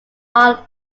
art